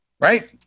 right